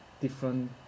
different